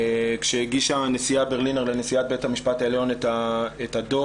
כשהגישה הנשיאה ברלינר לנשיאת בית המשפט העליון את הדוח,